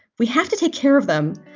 we have to take care of them.